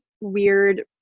weird